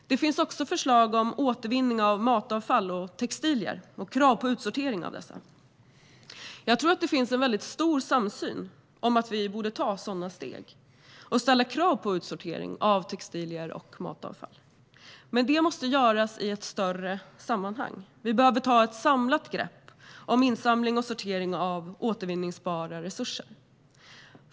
Det finns också förslag om återvinning av matavfall och textilier samt krav på utsortering av dessa. Jag tror att det finns en väldigt stor samsyn om att vi borde ta sådana steg och ställa krav på utsortering av textilier och matavfall, men det måste göras i ett större sammanhang. Vi behöver ta ett samlat grepp om insamling och sortering av återvinningsbara resurser.